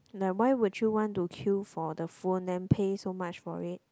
like why would you want to queue for the phone then pay so much for it